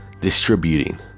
distributing